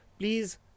Please